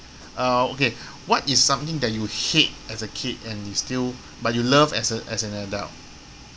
uh okay what is something that you hate as a kid and you still but you love as a as an adult